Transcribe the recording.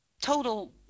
total